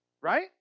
Right